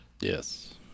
Yes